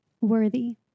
Worthy